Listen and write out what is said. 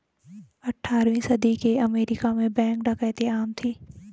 अठारहवीं सदी के अमेरिका में बैंक डकैती आम थी